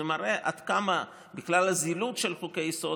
זה מראה עד כמה בכלל הזילות של חוקי-יסוד